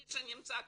מי שנמצא כאן,